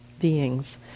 beings